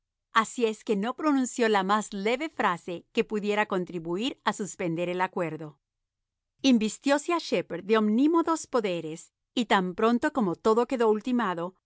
así es que no pronunció la más leve frase que pudiera contribuir a suspender el acuerdo invistióse a shepherd de omnímodos poderes y tan pronto como todo quedó ultimado